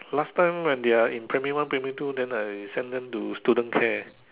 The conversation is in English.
last time when they are in primary one primary two then I send them to student care